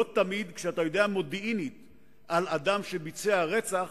לא תמיד כשאתה יודע מודיעינית על אדם שביצע רצח,